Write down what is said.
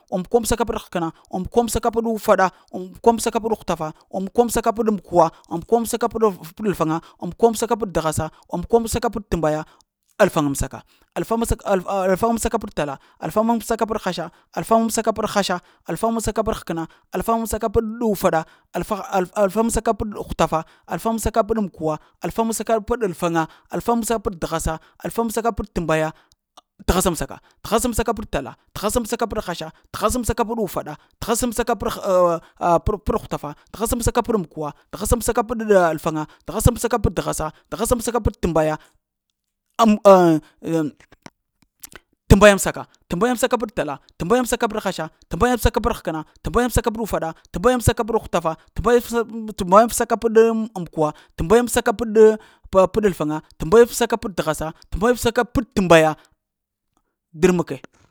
Amkwuwamsaka-peɗ-həkəna, amkwuwamsaka-peɗ-ufaɗa, amkwuwamsaka-peɗ-hutafa, amkwuwamsaka-peɗ-amkwuwa, amkwuwamsaka-peɗ-i plfaŋa, amkwuwamsaka-peɗ-t'ghasa amkwuwamsaka-peɗ-t'mbaya, alfaŋamsaka, plfaŋamsaka a alfan, alfaŋamsaka-peɗ-tala, alfaŋamsaka-peɗ-hasha, alfaŋamsaka-peɗ-hasha, alfaŋamsaka-peɗ-həkəna, alfaŋamsaka-peɗ-u'ufaɗa, alfaŋamsaka-peɗ-hutafa alfaŋamsaka-peɗ-amkwuwa, alfaŋamsaka-peɗ-i plfaŋa alfaŋamsaka-peɗ-t'ghasa, alfaŋamsaka-peɗ-t'mbaya t'ghamsaka, t'ghəsamsaka-peɗ-tala, t'ghəsamsaka-peɗ-hasha, t'ghəsamsaka-peɗ-ufaɗa, t'ghəsamsaka-peɗ-aa hutafa, t'ghəsamsaka-peɗ-amkwuwa, t'ghəsamsaka-peɗ-ile plfaŋa, t'ghəsamsaka-peɗ-t'ghasa, t'ghəsamsaka-peɗ-t'mbaya, pma, t'mbayamsaka, t'mbayamsaka-peɗ-tala, t'mbayamsaka-peɗ-hasha, t'mbayamsaka-peɗ-həkəna t'mbayamsaka-peɗ-ufaɗa, t'mbayamsaka-peɗ-hutafa t'mbayamsaka-peɗ-, t'mbayamsaka-peɗ-amkwuwa, t'mbayamsaka-peɗ-?. peɗ alfaŋa, t'mbayamsaka-peɗ-t'ghasa, t'mbayamsaka-peɗ-t'mbaya, drəmke